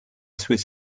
swiss